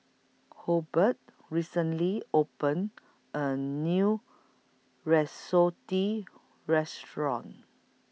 Hobert recently opened A New Risotto Restaurant